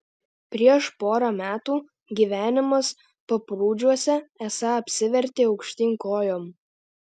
prieš porą metų gyvenimas paprūdžiuose esą apsivertė aukštyn kojom